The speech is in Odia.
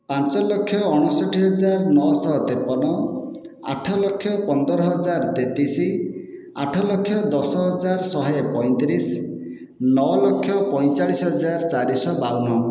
ପାଞ୍ଚ ଲକ୍ଷ ଅଣଷଠି ହଜାର ନଅ ଶହ ତେପନ ଆଠ ଲକ୍ଷ ପନ୍ଦର ହଜାର ତେତିଶ ଆଠ ଲକ୍ଷ ଦଶ ହଜାର ଶହେ ପଞ୍ଚତିରିଶ ନଅ ଲକ୍ଷ ପଞ୍ଚଚାଳିଶ ହଜାର ଚାରିଶ ବାଉନ